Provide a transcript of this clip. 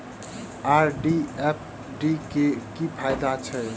RD आ FD क की फायदा छै?